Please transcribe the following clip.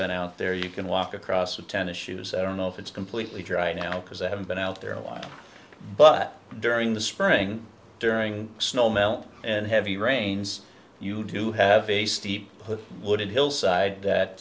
been out there you can walk across a tennis shoes i don't know if it's completely dry now because i haven't been out there a lot but during the spring during snow melt and heavy rains you do have a steep put wooded hill side that